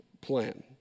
plan